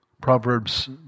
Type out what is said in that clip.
Proverbs